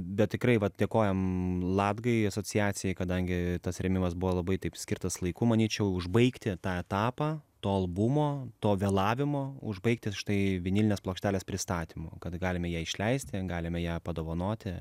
bet tikrai vat dėkojam latgai asociacijai kadangi tas rėmimas buvo labai taip skirtas laiku manyčiau užbaigti tą etapą to albumo to vėlavimo užbaigti štai vinilinės plokštelės pristatymu kad galime ją išleisti galime ją padovanoti